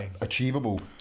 achievable